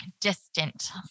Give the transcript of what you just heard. distant